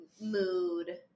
mood